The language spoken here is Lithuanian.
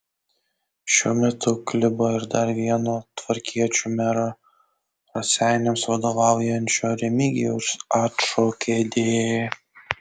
šiuo metu kliba ir dar vieno tvarkiečių mero raseiniams vadovaujančio remigijaus ačo kėdė